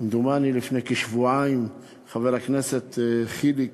כמדומני לפני כשבועיים חבר הכנסת חיליק,